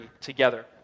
together